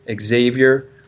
Xavier